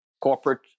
corporate